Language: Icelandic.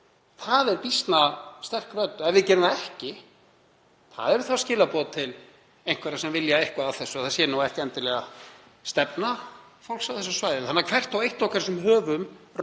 það býsna sterk rödd. Ef við gerum það ekki þá eru það skilaboð til einhverra sem vilja eitthvað af þessu, að það sé ekki endilega stefna fólks á þessu svæði. Þannig að hvert og eitt okkar sem höfum rödd